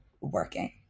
working